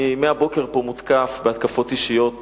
אני מהבוקר פה מותקף בהתקפות אישיות